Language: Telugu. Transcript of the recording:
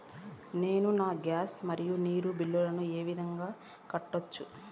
నేను నా గ్యాస్, మరియు నీరు బిల్లులను ఏ విధంగా కట్టొచ్చు?